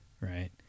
right